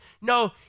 No